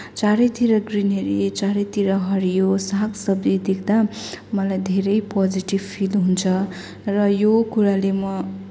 चारैतिर ग्रिनरी चारैतिर हरियो सागसब्जी देख्दा मलाई धेरै पोजेटिभ फिल हुन्छ र यो कुराले म